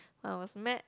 I was maths